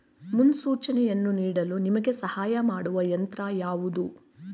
ಮುನ್ಸೂಚನೆಯನ್ನು ನೀಡಲು ನಿಮಗೆ ಸಹಾಯ ಮಾಡುವ ಯಂತ್ರ ಯಾವುದು?